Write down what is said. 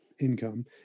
income